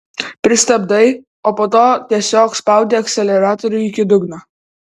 pristabdai o po to tiesiog spaudi akceleratorių iki dugno